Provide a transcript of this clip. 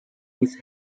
his